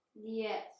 Yes